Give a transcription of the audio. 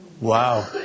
Wow